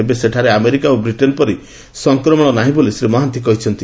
ତେବେ ସେଠାରେ ଆମେରିକା ଓ ବ୍ରିଟେନ୍ ପରି ସଂକ୍ରମଣ ନାହିଁ ବୋଲି ଶ୍ରୀ ମହାନ୍ତି କହିଛନ୍ତି